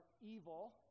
evil